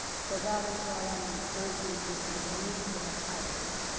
so that is why i am encouraging people to move to their hearts,